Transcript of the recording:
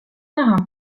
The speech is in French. marin